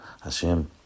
Hashem